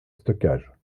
stockage